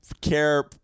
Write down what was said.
care